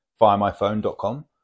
firemyphone.com